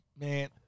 Man